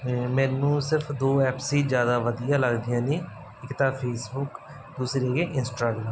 ਅਤੇ ਮੈਨੂੰ ਸਿਰਫ ਦੋ ਐਪਸ ਹੀ ਜ਼ਿਆਦਾ ਵਧੀਆ ਲੱਗਦੀਆਂ ਨੇ ਇੱਕ ਤਾਂ ਫੇਸਬੁਕ ਦੂਸਰੀ ਹੈ ਇੰਸਟਰਾਗ੍ਰਾਮ